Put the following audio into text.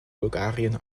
bulgarien